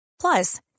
Plus